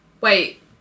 Wait